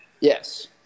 Yes